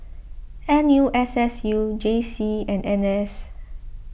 N U S S U J C and N S